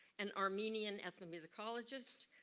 an armenian ethnomusicologist,